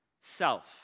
self